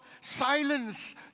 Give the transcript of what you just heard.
silence